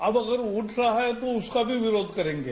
अब अगर उठ रहा है तो उसका भी विरोध करेंगे